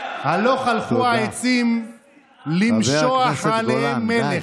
הלוך הלכו העצים למשוח עליהם מלך.